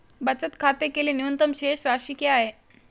बचत खाते के लिए न्यूनतम शेष राशि क्या है?